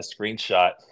screenshot